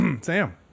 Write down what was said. Sam